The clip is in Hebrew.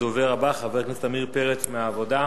הדובר הבא, חבר הכנסת עמיר פרץ מהעבודה.